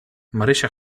marysia